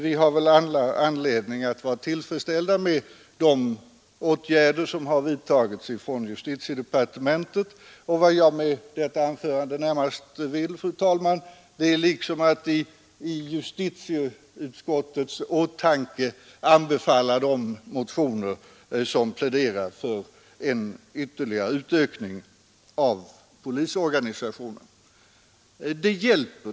Vi har väl all anledning att vara tillfreds ställda med de åtgärder som har vidtagits från justitiedepartementet, och vad jag med detta anförande närmast vill, fru talman, är att i justitieutskottets åtanke anbefalla de motioner som pläderar för en ytterligare ökning av polisorganisationen.